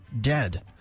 dead